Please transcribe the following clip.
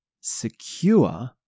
secure